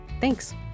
Thanks